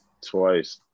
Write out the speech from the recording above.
twice